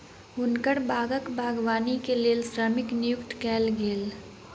हुनकर बागक बागवानी के लेल श्रमिक नियुक्त कयल गेल